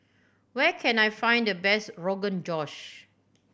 where can I find the best Rogan Josh